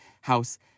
house